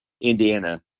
Indiana